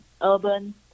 urban